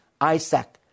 Isaac